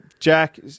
Jack